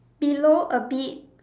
below a bit